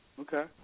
Okay